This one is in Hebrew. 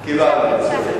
קיבלנו, בסדר.